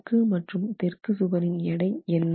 வடக்கு மற்றும் தெற்கு சுவரின் எடை என்ன